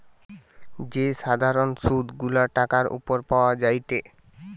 যে সাধারণ সুধ গুলা টাকার উপর পাওয়া যায়টে